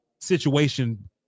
situation